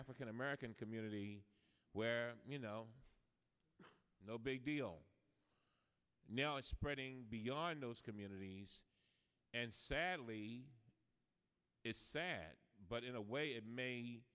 african american community where you know no big deal now it's spreading beyond those communities and sadly it's sad but in a way it may